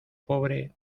pobre